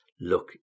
look